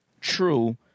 True